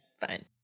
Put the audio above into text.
fine